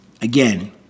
again